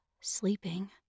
sleeping